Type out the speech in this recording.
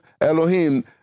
Elohim